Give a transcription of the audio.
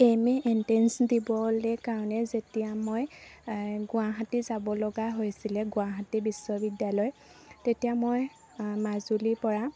M A entrance দিবলৈ কাৰণে যেতিয়া মই গুৱাহাটী যাব লগা হৈছিলে গুৱাহাটী বিশ্ববিদ্যালয় তেতিয়া মই মাজুলীৰ পৰা